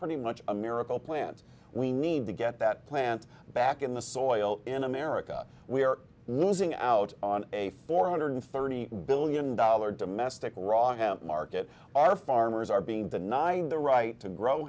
pretty much a miracle plant we need to get that plant back in the soil in america we are losing out on a four hundred thirty billion dollar domestic wrong market our farmers are being denied the right to grow